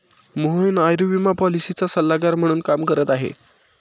मोहन आयुर्विमा पॉलिसीचा सल्लागार म्हणून काम करत आहे